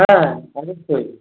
হ্যাঁঁ অবশ্যই